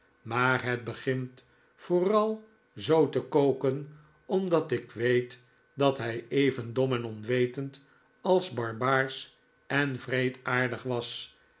maar het begint vooral zoo te koken omdat ik weet dat hij even dom en onwetend als barbaarsch en wreedaardig was